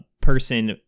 person